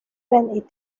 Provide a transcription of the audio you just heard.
when